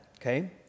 Okay